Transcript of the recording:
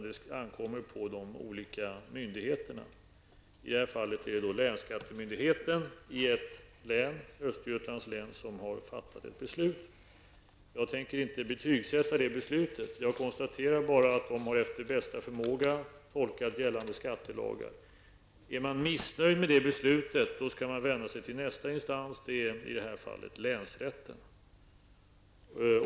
Det ankommer på de olika myndigheterna. I det här fallet är det länsskattemyndigheten i ett län, Östergötlands län, som har fattat ett beslut. Jag tänker inte betygsätta det beslutet. Jag konstaterar bara att de har efter bästa förmåga tolkat gällande skattelagar. Är man missnöjd med det beslutet skall man vända sig till nästa instans. I det här fallet är det länsrätten.